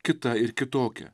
kita ir kitokia